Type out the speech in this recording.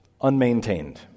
unmaintained